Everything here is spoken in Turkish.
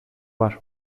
var